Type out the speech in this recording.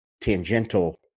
tangential